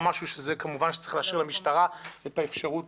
שזה כמובן שצריך להשאיר למשטרה את האפשרות